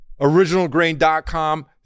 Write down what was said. originalgrain.com